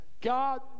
God